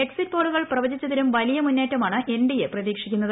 exit പോളുകൾ പ്രവചിച്ചതിലും വലിയ മുന്നേറ്റമാണ് എൻഡിഎ പ്രതീക്ഷിക്കുന്നത്